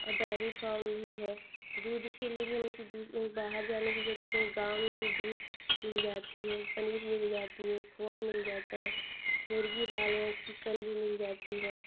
और dairy farm भी हैं दूध के लिए भी हम किसी दूसरी बाहर जाने की ज़रूरत नहीं है गाँव में ही दूध मिल जाती है पनीर मिल जाती है खोवा मिल जाता है मुर्गी बाल हैं चिकन भी मिल जाती हैं